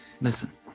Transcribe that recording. Listen